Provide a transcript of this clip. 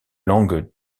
langue